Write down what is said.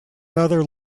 other